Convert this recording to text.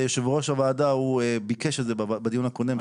יושב-ראש הוועדה ביקש את זה בדיון הקודם.